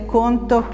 conto